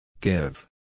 Give